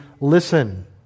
listen